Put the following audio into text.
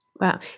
Wow